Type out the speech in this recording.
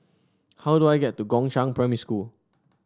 how do I get to Gongshang Primary School